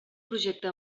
projecte